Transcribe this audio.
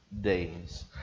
days